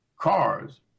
cars